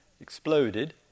exploded